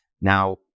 Now